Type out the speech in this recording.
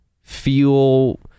feel